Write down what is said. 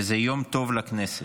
וזה יום טוב לכנסת.